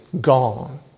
gone